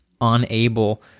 unable